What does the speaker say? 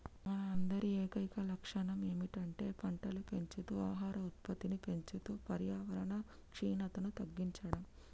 మన అందరి ఏకైక లక్షణం ఏమిటంటే పంటలు పెంచుతూ ఆహార ఉత్పత్తిని పెంచుతూ పర్యావరణ క్షీణతను తగ్గించడం